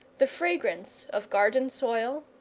the fragrance of garden soil,